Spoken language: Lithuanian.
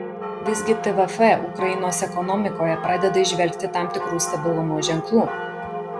visgi tvf ukrainos ekonomikoje pradeda įžvelgti tam tikrų stabilumo ženklų